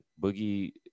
Boogie